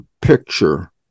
picture